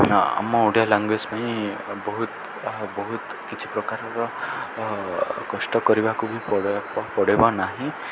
ଆମ ଓଡ଼ିଆ ଲାଙ୍ଗୁଏଜ୍ ପାଇଁ ବହୁତ ବହୁତ କିଛି ପ୍ରକାରର କଷ୍ଟ କରିବାକୁ ବି ପଡ଼ିବ ପଡ଼ିବ ନାହିଁ